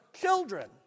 children